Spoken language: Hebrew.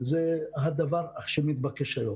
כי זה הדבר שמתבקש היום.